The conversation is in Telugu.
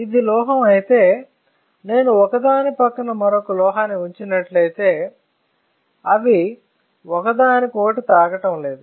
ఇది లోహం అయితే నేను ఒకదాని పక్కన మరొక లోహాన్ని ఉంచినట్లయితే కానీ అవి ఒకదానికొకటి తాకడం లేదు